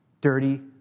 dirty